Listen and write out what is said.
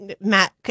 Matt